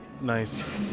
Nice